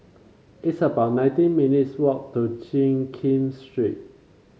it's about nineteen minutes' walk to Jiak Kim Street